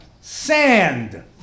Sand